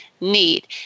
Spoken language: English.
need